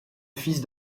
fils